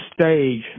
stage